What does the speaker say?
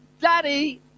Daddy